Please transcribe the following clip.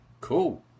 Cool